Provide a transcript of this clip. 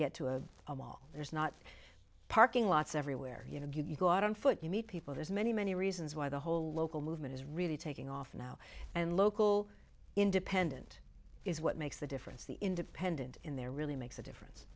get to a mall there's not parking lots everywhere you know you go out on foot you meet people there's many many reasons why the whole local movement is really taking off now and local independent is what makes the difference the independent in there really makes a difference